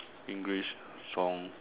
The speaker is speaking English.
English song